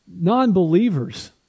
non-believers